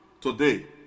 today